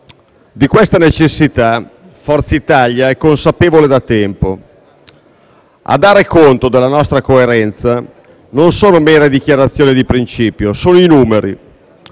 Di questa necessità Forza Italia è consapevole da tempo. A dare conto della nostra coerenza non sono mere dichiarazioni di principio, ma sono i numeri.